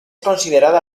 considerada